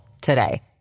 today